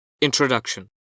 Introduction